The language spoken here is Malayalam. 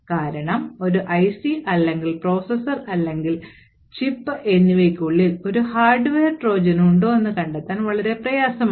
കാരണം ഒരു ഐസി അല്ലെങ്കിൽ പ്രോസസർ അല്ലെങ്കിൽ ചിപ്പ് എന്നിവയ്ക്കുള്ളിൽ ഒരു ഹാർഡ്വെയർ ട്രോജൻ ഉണ്ടോ എന്ന് കണ്ടെത്താൻ വളരെ പ്രയാസമാണ്